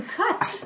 cut